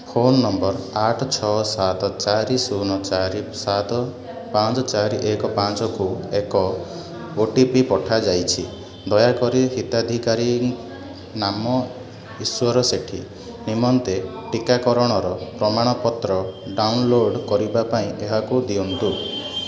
phone number ଆଠ ଛଅ ସାତ ଚାରି ଶୂନ ଚାରି ସାତ ପାଞ୍ଚ ଚାରି ଏକ ପାଞ୍ଚ କୁ ଏକ ଓ ଟି ପି ପଠାଯାଇଛି ଦୟାକରି ହିତାଧିକାରୀ ନାମ ଈଶ୍ୱର ସେଠୀ ନିମନ୍ତେ ଟିକାକରଣର ପ୍ରମାଣପତ୍ର ଡ଼ାଉନଲୋଡ଼୍ କରିବା ପାଇଁ ଏହାକୁ ଦିଅନ୍ତୁ